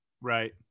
right